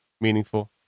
meaningful